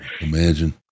Imagine